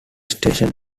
station